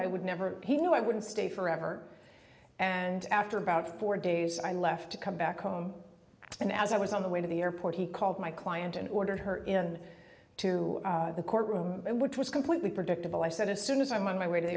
i would never he knew i wouldn't stay forever and after about four days i left to come back home and as i was on the way to the airport he called my client and ordered her in to the courtroom which was completely predictable i said as soon as i'm on my way to the